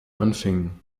anfängen